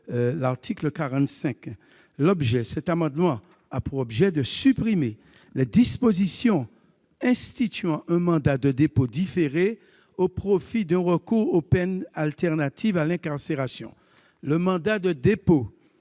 article. Cet amendement a pour objet de supprimer les dispositions instituant un mandat de dépôt différé, au profit d'un recours aux peines alternatives à l'incarcération. Le mandat de dépôt